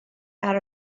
out